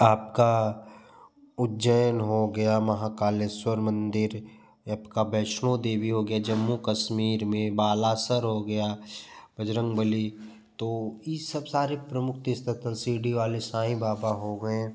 आपका उज्जैन हो गया महाकालेश्वर मंदिर ये आपका वैष्णो देवी हो गया जम्मू कश्मीर में बालासर हो गया बजरंगवली तो ये सब सारे प्रमुख तीर्थ स्थल शिर्डी वाले साई बाबा हो गए